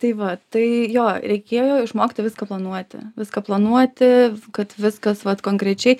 tai va tai jo reikėjo išmokti viską planuoti viską planuoti kad viskas vat konkrečiai